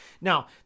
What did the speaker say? Now